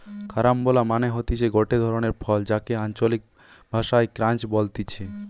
carambola মানে হতিছে গটে ধরণের ফল যাকে আঞ্চলিক ভাষায় ক্রাঞ্চ বলতিছে